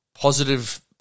positive